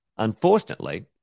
unfortunately